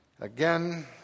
again